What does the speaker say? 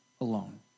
alone